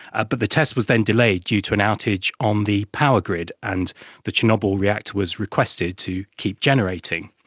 ah but the test was then delayed due to an outage on the power grid and the chernobyl reactor was requested to keep generating.